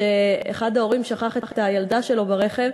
אחד ההורים שכח את הילדה שלו ברכב.